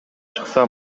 чыкса